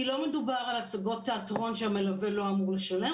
כי לא מדובר על הצגות תיאטרון שהמלווה לא אמור לשלם,